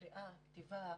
קריאה?